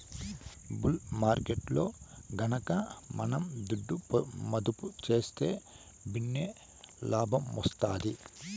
bull మార్కెట్టులో గనక మనం దుడ్డు మదుపు సేస్తే భిన్నే లాబ్మొస్తాది